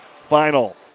final